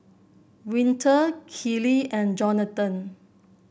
Winter Kellee and Jonathon